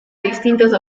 distintos